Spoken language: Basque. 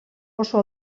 oso